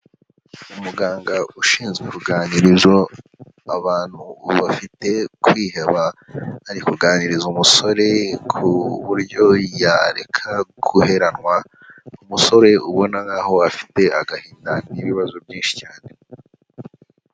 Umuganga ushinzwe uruganizo. Abantu ubu bafite kwiheba ari kuganiriza umusore ku buryo yareka guheranwa. Umusore ubona nkaho afite agahinda n'ibibazo byinshi cyane.